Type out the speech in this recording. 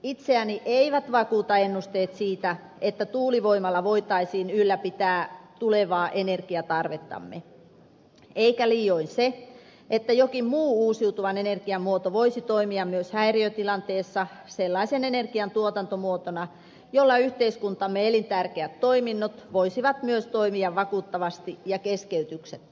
itseäni eivät vakuuta ennusteet siitä että tuulivoimalla voitaisiin ylläpitää tulevaa energiatarvettamme eikä liioin se että jokin muu uusiutuvan energian muoto voisi toimia myös häiriötilanteessa sellaisen energian tuotantomuotona jolla yhteiskuntamme elintärkeät toiminnot voisivat myös toimia vakuuttavasti ja keskeytyksettä